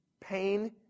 Pain